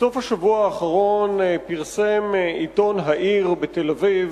בסוף השבוע האחרון פרסם עיתון "העיר" בתל-אביב